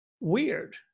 weird